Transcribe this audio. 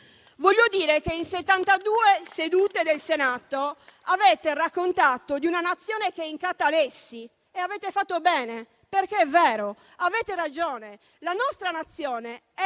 Voglio dire che in 72 sedute del Senato avete raccontato di un Paese che è in catalessi e avete fatto bene, perché è vero, avete ragione: il nostro Paese è